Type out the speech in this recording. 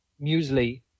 Muesli